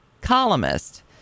columnist